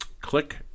click